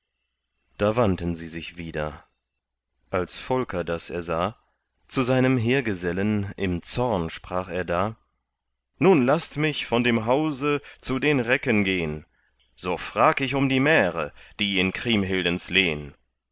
da wandten sie sich wieder als volker das ersah zu seinem heergesellen im zorn sprach er da nun laßt mich von dem hause zu den recken gehn so frag ich um die märe die in kriemhildens lehn